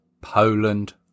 Poland